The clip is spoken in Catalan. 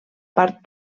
part